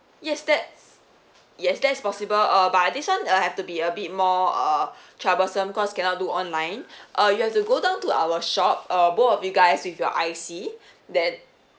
yes that's yes that's possible uh but this one uh have to be a bit more uh troublesome cause cannot do online uh you have to go down to our shop uh both of you guys with your I_C then